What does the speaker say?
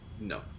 No